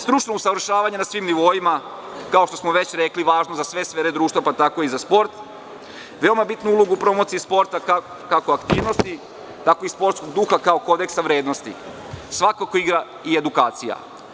Stručno usavršavanje na svim nivoima, kao što smo već rekli, važno je za sve sfere društva, pa tako i za sport, a veoma bitnu ulogu u promociji sporta, kako aktivnosti, tako i sportskog duha, kao kodeksa vrednosti, svakako igra i edukacija.